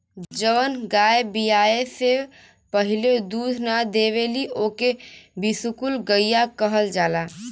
जवन गाय बियाये से पहिले दूध ना देवेली ओके बिसुकुल गईया कहल जाला